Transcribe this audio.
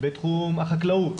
בתחום החקלאות,